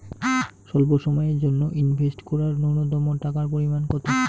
স্বল্প সময়ের জন্য ইনভেস্ট করার নূন্যতম টাকার পরিমাণ কত?